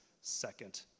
second